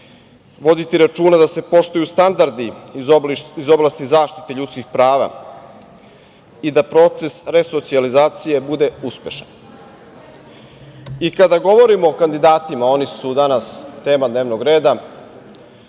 voditi računa da se poštuju standardi iz oblasti zaštite ljudskih prava i da proces resocijalizacije bude uspešan. Kada govorim o kandidatima, oni su danas tema dnevnog reda,